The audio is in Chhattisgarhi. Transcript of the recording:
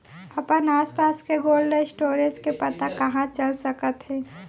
अपन आसपास के कोल्ड स्टोरेज के पता कहाँ चल सकत हे?